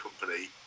company